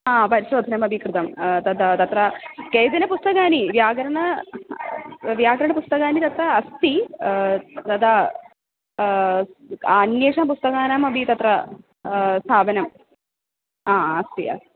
हा परिशोधनमपि कृतं तद् तत्र केचन पुस्तकानि व्याकरणं व्याकरणपुस्तकानि तत्र अस्ति तदा अन्येषां पुस्तकानामपि तत्र स्थापनम् आ अस्ति अस्